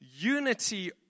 unity